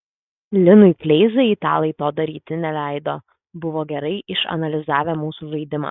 linui kleizai italai to daryti neleido buvo gerai išanalizavę mūsų žaidimą